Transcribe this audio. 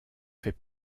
fait